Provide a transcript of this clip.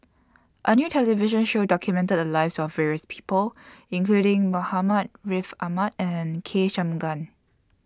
A New television Show documented The Lives of various People including Muhammad Ariff Ahmad and K Shanmugam